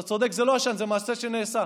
אתה צודק, זה לא עשן, זה מעשה שנעשה.